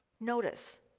Notice